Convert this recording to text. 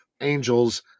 angels